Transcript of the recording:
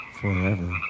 forever